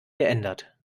geändert